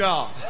God